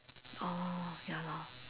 oh ya lor